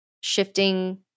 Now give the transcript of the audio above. shifting